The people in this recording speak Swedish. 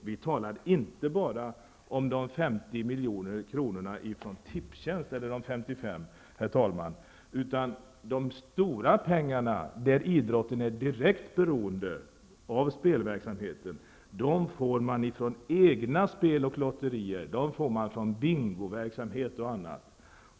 Vi talar inte bara om de 50 eller 55 miljonerna från Tipstjänst, herr talman. De stora pengarna, där idrotten är direkt beroende av spelverksamheten, får man från egna spel och lotterier -- från bingoverksamhet och annat.